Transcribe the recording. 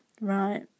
Right